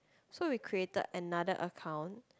so we created another account